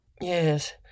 Yes